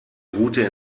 route